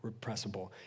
repressible